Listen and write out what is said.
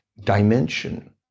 dimension